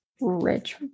rich